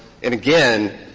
and, again,